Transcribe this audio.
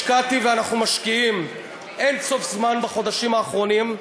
השקעתי ואנחנו משקיעים אין-סוף זמן בחודשים האחרונים.